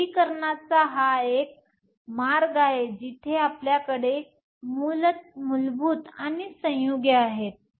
तर वर्गीकरणाचा हा एक मार्ग आहे जिथे आपल्याकडे मूलभूत आणि संयुगे आहेत